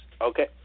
Okay